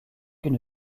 une